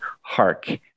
Hark